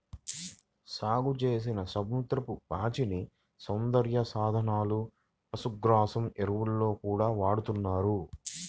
సాగుచేసిన సముద్రపు పాచిని సౌందర్య సాధనాలు, పశుగ్రాసం, ఎరువుల్లో గూడా వాడతన్నారు